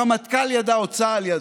הרמטכ"ל ידע או צה"ל ידע,